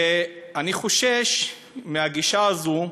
ואני חושש מהגישה הזו,